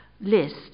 list